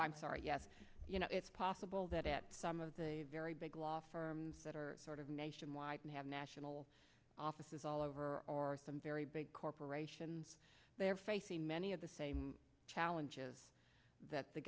i'm sorry yes you know it's possible that at some of the very big law firms that are sort of nationwide and have national offices all over are some very big corporations they're facing many of the same challenges that the